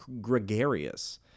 gregarious